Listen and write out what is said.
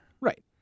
Right